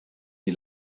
die